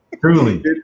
truly